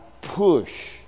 push